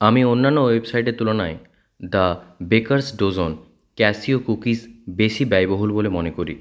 আমি অন্যান্য ওয়েবসাইটের তুলনায় the baker's dozen cashew cookies বেশি ব্যয়বহুল বলে মনে করি